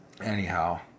Anyhow